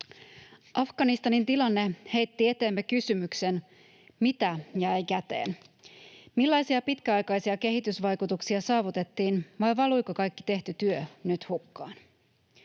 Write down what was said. Afganistanin tilanne heitti eteemme kysymyksen, mitä jäi käteen, millaisia pitkäaikaisia kehitysvaikutuksia saavutettiin vai valuiko kaikki tehty työ nyt hukkaan.